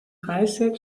preisschild